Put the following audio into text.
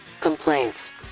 complaints